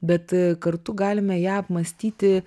bet kartu galime ją apmąstyti